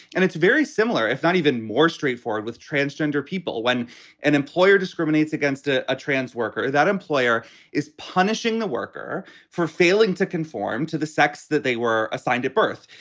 and it's very similar, if not even more straightforward, with transgender people when an employer discriminates against a ah trans worker. that employer is punishing the worker for failing to conform to the sex that they were assigned at birth.